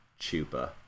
Chupa